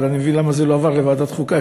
אבל אני מבין למה זה לא עבר לוועדת החוקה,